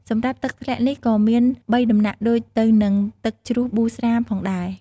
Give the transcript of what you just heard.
សម្រាប់ទឹកជ្រោះនេះក៏មានបីដំណាក់ដូចទៅនិងទឹកជ្រោះប៊ូស្រាផងដែរ។